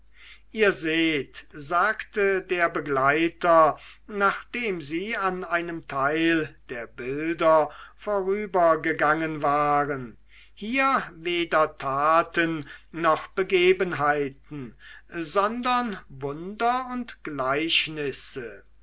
ihr seht sagte der begleiter nachdem sie an einem teil der bilder vorübergegangen waren hier weder taten noch begebenheiten sondern wunder und gleichnisse